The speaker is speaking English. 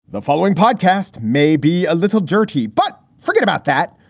the following podcast may be a little dirty, but forget about that.